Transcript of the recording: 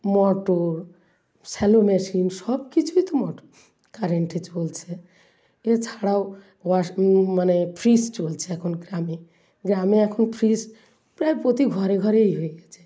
motor shallow machine সব কিছুই তো মোট কারেন্টে চলছে এছাড়াও ওয়াশ মানে ফ্রিজ চলছে এখন গ্রামে গ্রামে এখন ফ্রিজ প্রায় প্রতি ঘরে ঘরেই হয়ে গেছে